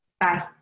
Bye